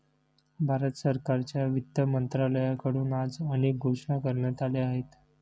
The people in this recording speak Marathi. भारत सरकारच्या वित्त मंत्रालयाकडून आज अनेक घोषणा करण्यात आल्या आहेत